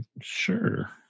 Sure